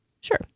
Sure